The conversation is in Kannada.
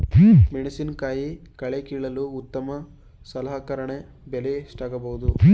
ಮೆಣಸಿನಕಾಯಿ ಕಳೆ ಕೀಳಲು ಉತ್ತಮ ಸಲಕರಣೆ ಬೆಲೆ ಎಷ್ಟಾಗಬಹುದು?